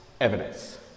evidence